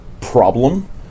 problem